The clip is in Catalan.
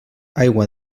aigua